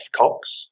Cox